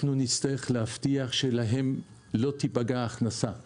נצטרך להבטיח שלא תיפגע ההכנסה שלהם,